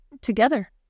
Together